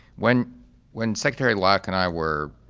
when when secretary locke and i were